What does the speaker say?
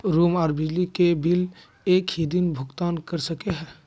Room आर बिजली के बिल एक हि दिन भुगतान कर सके है?